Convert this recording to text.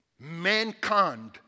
mankind